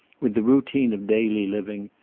with the routine of daily living,